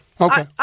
Okay